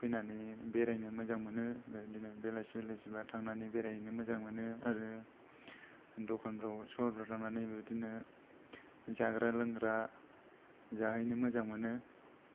फैनानै बेरायनो मोजां मोनो बिदिनो बेलासि बेलासिबा थांनानै बेरायहैनो मोजां मोनो दखानफ्राय सहरफ्राव थांनानै बिदिनो जाग्रा लोंग्रा जाहैनो मोजां मोनो